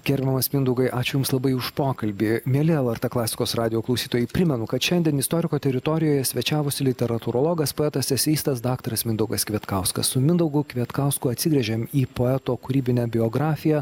gerbiamas mindaugai ačiū jums labai už pokalbį mieli lrt klasikos radijo klausytojai primenu kad šiandien istoriko teritorijoje svečiavosi literatūrologas poetas eseistas draktaras mindaugas kvietkauskas su mindaugu kvietkausku atsigręžėm į poeto kūrybinę biografiją